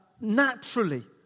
naturally